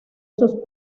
sus